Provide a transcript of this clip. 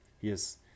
yes